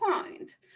point